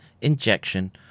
injection